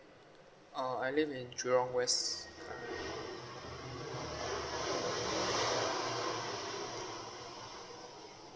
uh I live in jurong west